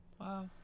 wow